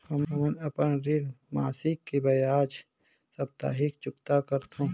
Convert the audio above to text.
हमन अपन ऋण मासिक के बजाय साप्ताहिक चुकता करथों